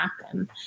happen